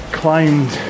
climbed